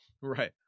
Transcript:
Right